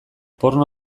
porno